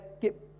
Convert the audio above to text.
get